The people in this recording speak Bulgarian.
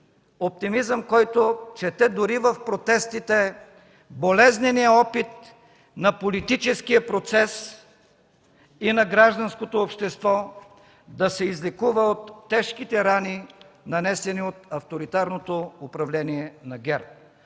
оптимизъм, който чета дори в протестите – болезненият опит на политическия процес и на гражданското общество да се излекува от тежките рани, нанесени от авторитарното управление на ГЕРБ.